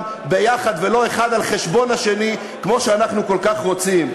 ביחד ולא האחד על חשבון השני כמו שאנחנו כל כך רוצים.